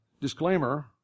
disclaimer